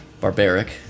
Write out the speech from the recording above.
barbaric